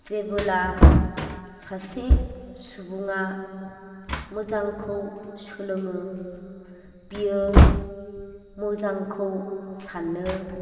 जेब्ला सासे सुबुङा मोजांखौ सोलोङो बियो मोजांखौ सानो